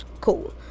Cool